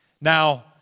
Now